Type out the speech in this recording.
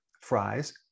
fries